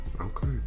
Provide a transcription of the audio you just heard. okay